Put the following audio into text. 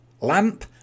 Lamp